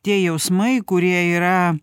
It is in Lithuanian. tie jausmai kurie yra